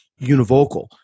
univocal